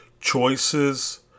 Choices